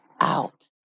out